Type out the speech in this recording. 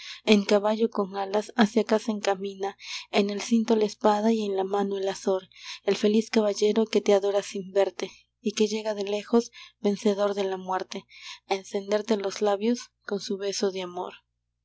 madrina en caballo con alas hacia acá se encamina en el cinto la espada y en la mano el azor el feliz caballero que te adora sin verte y que llega de lejos vencedor de la muerte a encenderte los labios con su beso de amor